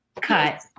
cut